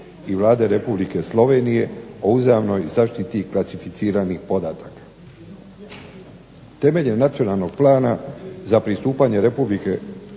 i Vlade Republike Slovenije o uzajamnoj zaštiti klasificiranih podataka. Temeljem nacionalnog plana za pristupanje RH EU